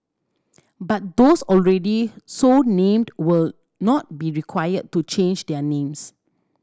but those already so named will not be required to change their names